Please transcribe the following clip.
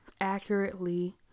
accurately